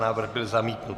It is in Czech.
Návrh byl zamítnut.